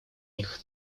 них